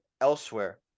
elsewhere